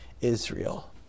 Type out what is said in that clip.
Israel